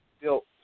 built